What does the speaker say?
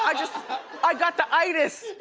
ah i got the itis,